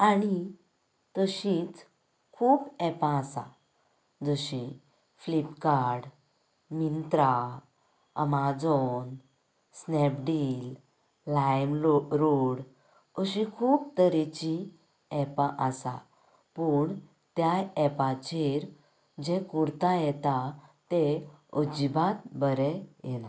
आनी तशींच खूब एपा आसा जशीं फ्लिपकार्ट मिंत्रा अमाजाॅन स्नेपडिल लायम रोड अशी खूब तरेंची एपां आसात पूण त्या एपाचेर जे कुर्ता येतात ते अजीबात बरें येना